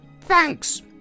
Thanks